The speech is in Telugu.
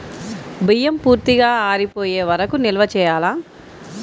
బియ్యం పూర్తిగా ఆరిపోయే వరకు నిల్వ చేయాలా?